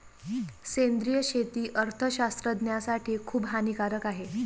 सेंद्रिय शेती अर्थशास्त्रज्ञासाठी खूप हानिकारक आहे